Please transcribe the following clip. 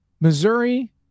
Missouri